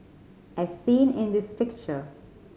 as seen in this picture